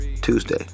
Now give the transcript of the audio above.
Tuesday